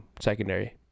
secondary